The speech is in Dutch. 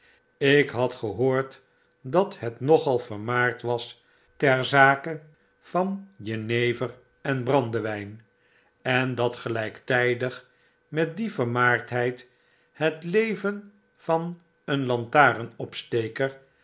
ik had gehoora dat het nogal vermaard was ter zake van jenever en brandewyn en dat gelyktijdig met die vermaardheid het leven van een lantaarnopsteker